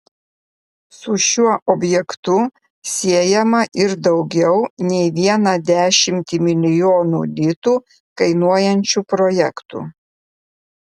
su šiuo objektu siejama ir daugiau ne vieną dešimtį milijonų litų kainuojančių projektų